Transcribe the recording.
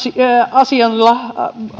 asialla